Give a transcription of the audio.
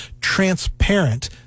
transparent